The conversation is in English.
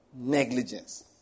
negligence